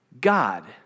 God